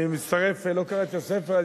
לא קראתי את הספר.